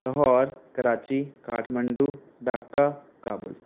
Lahore Karachi Kathmandu Dhaka Kabul